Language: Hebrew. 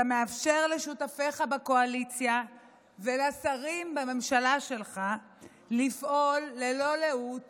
אתה מאפשר לשותפיך בקואליציה ולשרים בממשלה שלך לפעול ללא לאות